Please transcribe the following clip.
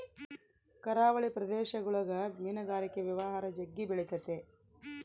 ಕರಾವಳಿ ಪ್ರದೇಶಗುಳಗ ಮೀನುಗಾರಿಕೆ ವ್ಯವಹಾರ ಜಗ್ಗಿ ಬೆಳಿತತೆ